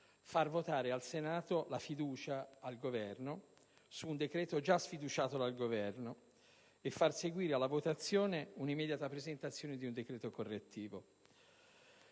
far votare al Senato la fiducia al Governo su un decreto già sfiduciato dal Governo e far seguire alla votazione l'immediata presentazione di un decreto correttivo.